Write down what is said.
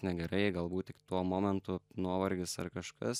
negerai galbūt tik tuo momentu nuovargis ar kažkas